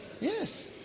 Yes